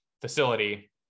facility